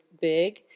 big